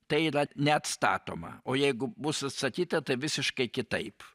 tai yra neatstatoma o jeigu bus atstatyta tai visiškai kitaip